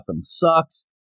sucks